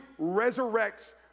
resurrects